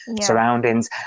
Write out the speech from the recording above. surroundings